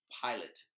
pilot